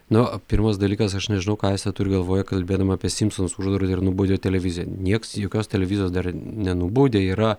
na pirmas dalykas aš nežinau ką jisai turi galvoje kalbėdama apie simpsonus uždraudė ir nubudę televiziją nieks jokios televizijos dar nenubaudė yra